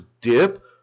dip